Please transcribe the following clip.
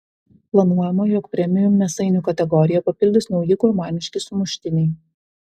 planuojama jog premium mėsainių kategoriją papildys nauji gurmaniški sumuštiniai